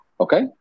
Okay